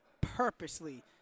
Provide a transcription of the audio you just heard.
purposely